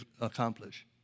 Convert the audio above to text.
accomplish